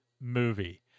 movie